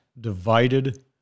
divided